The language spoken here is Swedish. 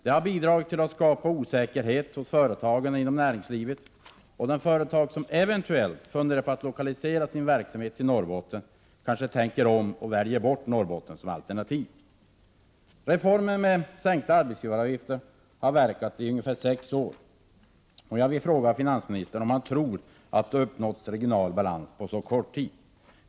Det har bidragit till att skapa osäkerhet hos företagarna inom näringslivet, och de företag som eventuellt funderar på att lokalisera sin verksamhet till Norrbotten kanske tänker om och väljer bort Norrbotten som alternativ. Reformen med en sänkning av arbetsgivaravgifterna har verkat i ungefär sex år. Jag vill fråga finansministern om han tror att regional balans uppnås på så kort tid.